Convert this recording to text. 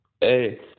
hey